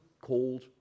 called